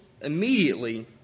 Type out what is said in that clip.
immediately